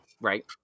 right